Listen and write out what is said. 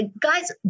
guys